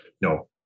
no